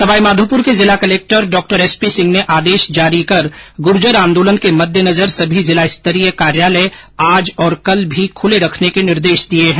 सवाईमाधोपुर के जिला collector Dr S P Singh ने आदेश जारी कर गुर्जर आंदोलन के मद्देनजर सभी जिलास्तरीय कार्यालय आज और कल भी खुले रखने के निर्देश दिये है